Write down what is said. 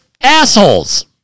assholes